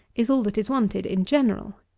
is all that is wanted in general.